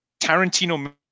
tarantino